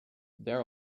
there